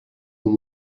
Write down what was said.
them